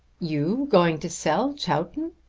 you going to sell chowton!